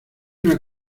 una